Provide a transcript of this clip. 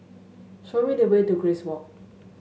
show me the way to Grace Walk